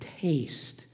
taste